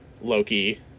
Loki